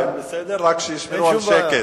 הם בסדר, רק שישמרו על שקט.